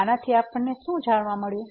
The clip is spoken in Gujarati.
આનથી આપણને શું જાણવા મળ્યું